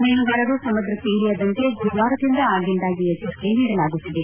ಮೀನುಗಾರರು ಸಮುದ್ರಕ್ಕೆ ಇಳಿಯದಂತೆ ಗುರುವಾರದಿಂದ ಆಗಿಂದಾಗ್ಗೆ ಎಚ್ವರಿಕೆ ನೀಡಲಾಗುತ್ತಿದೆ